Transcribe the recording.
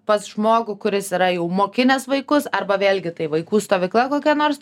pas žmogų kuris yra jau mokinęs vaikus arba vėlgi tai vaikų stovykla kokia nors